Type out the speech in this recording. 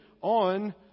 on